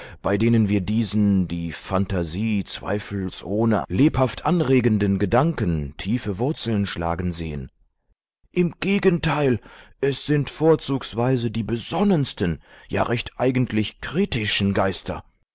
bei denen wir diesen die phantasie zweifelsohne lebhaft anregenden gedanken tiefe wurzeln schlagen sehen im gegenteil es sind vorzugsweise die besonnensten ja recht eigentlich kritischen geister